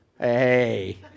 Hey